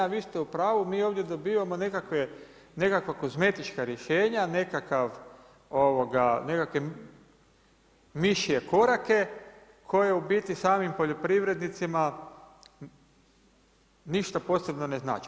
A vi ste u pravu, mi ovdje dobivamo nekakva kozmetička rješenja, nekakve mišije korake koji u biti samim poljoprivrednicima ništa posebno ne znači.